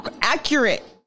accurate